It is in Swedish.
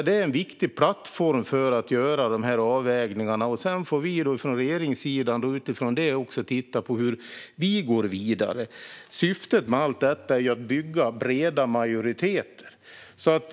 Det är en viktig plattform för att göra dessa avvägningar. Sedan får vi från regeringssidan utifrån detta titta på hur vi går vidare. Syftet med allt detta är ju att bygga breda majoriteter.